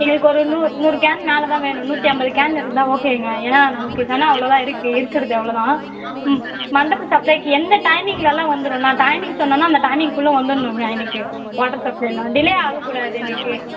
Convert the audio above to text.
எங்களுக்கு ஒரு நூறு நூறு கேன் மேலேதான் வேணும் நூற்றி ஐம்பது கேன் இருந்தால் ஓகேங்க ஏனால் நமக்கு ஜனம் அவ்வளவுதான் இருக்குது இருக்கிறது அவ்வளோதான் ம் மண்டப சப்ளைக்கு எந்த டைமிங்லெல்லாம் வந்துடும் நான் டைமிங் சொன்னேன்னா அந்த டைமிங்க்குள்ளே வந்துடணுங்க எனக்கு வாட்டர் சப்ளைலாம் டிலே ஆகக்கூடாது எனக்கு